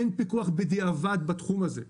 אין פיקוח בדיעבד בתחום הזה.